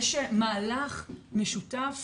יש מהלך משותף,